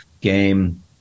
game